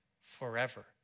forever